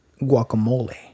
guacamole